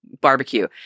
barbecue